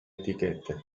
etichette